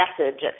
message